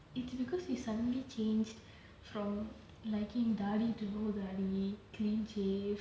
it's because he suddenly changed from liking தாடி:thaadi to no தாடி:thaadi clean shave